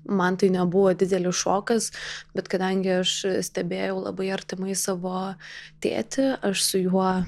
man tai nebuvo didelis šokas bet kadangi aš stebėjau labai artimai savo tėtį aš su juo